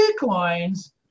Bitcoins